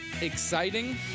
exciting